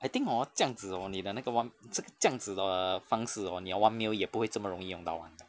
I think hor 这样子 hor 你的那个 on~ 这个这样子的方式 hor 你的 one mil 也不会这么容易用到完